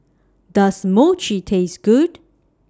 Does Mochi Taste Good